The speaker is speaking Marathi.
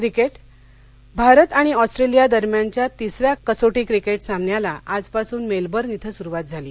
क्रिकेट भारत आणि ऑस्ट्रेलिया दरम्यानच्या तिसऱ्या कसोटी क्रिकेट सामन्याला आजपासून मेलबर्न ओं सुरुवात झाली